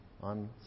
on